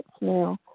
now